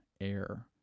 air